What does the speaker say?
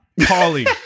Pauly